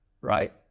Right